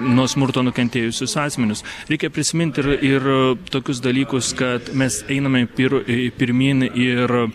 nuo smurto nukentėjusius asmenis reikia prisiminti ir ir tokius dalykus kad mes einame pir pirmyn ir